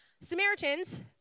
Samaritans